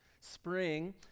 spring